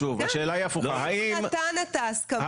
אם הוא נתן את ההסכמה,